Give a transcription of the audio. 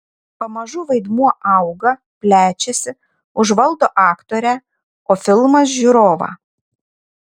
pamažu vaidmuo auga plečiasi užvaldo aktorę o filmas žiūrovą